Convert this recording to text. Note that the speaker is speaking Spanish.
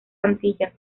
antillas